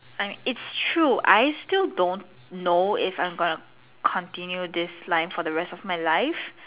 I mean it's true I still don't know if I'm going to continue this line for the rest of my life